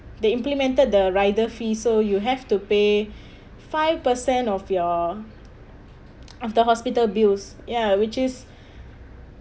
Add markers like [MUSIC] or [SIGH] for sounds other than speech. they implemented the rider fee so you have to pay five percent of your after hospital bills ya which is [BREATH]